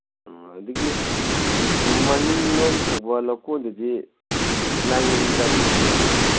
ꯎꯝ ꯑꯗꯒꯤ ꯃꯅꯤꯡꯂꯣꯝ ꯊꯪꯕ ꯂꯧꯀꯣꯟꯗꯨꯗꯤ ꯅꯥꯏꯉꯝꯒꯗꯤ ꯁꯤꯗ꯭ꯔꯣ